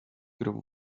grow